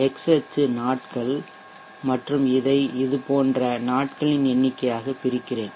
X அச்சு நாட்கள் மற்றும் இதை இதுபோன்ற நாட்களின் எண்ணிக்கையாக பிரிக்கிறேன்